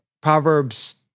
Proverbs